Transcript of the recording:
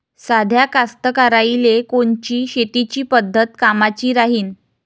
साध्या कास्तकाराइले कोनची शेतीची पद्धत कामाची राहीन?